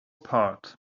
parts